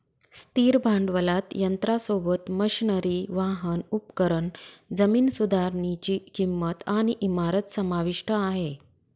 स्थिर भांडवलात यंत्रासोबत, मशनरी, वाहन, उपकरण, जमीन सुधारनीची किंमत आणि इमारत समाविष्ट आहे